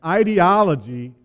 ideology